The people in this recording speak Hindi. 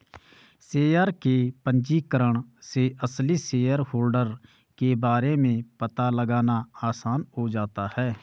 शेयर के पंजीकरण से असली शेयरहोल्डर के बारे में पता लगाना आसान हो जाता है